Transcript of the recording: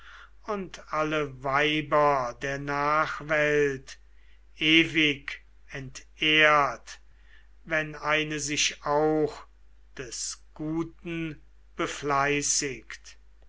und alle weiber der nachwelt ewig entehrt wenn eine sich auch des guten befleißigt